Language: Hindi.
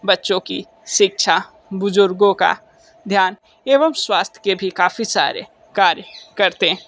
बच्चों की शिक्षा बुजुर्गों का ध्यान एवं स्वास्थ्य के भी काफ़ी सारे कार्य करते हैं